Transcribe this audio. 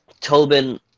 Tobin